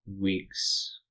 weeks